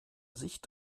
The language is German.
sicht